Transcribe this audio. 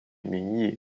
名义